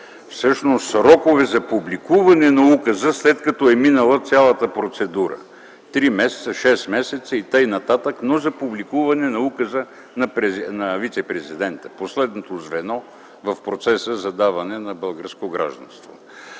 всъщност срокове за публикуване на указа, след като е минала цялата процедура – три месеца, шест месеца и така нататък, но за публикуване на указа на вицепрезидента – последното звено в процеса за даване на българско гражданство,